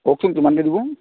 কওকচোন কিমানকৈ দিব